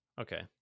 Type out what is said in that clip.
okay